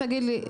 תגיד לי,